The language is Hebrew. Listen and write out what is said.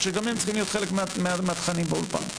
שגם הם צריכים להיות חלק מהתכנים באולפן.